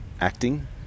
acting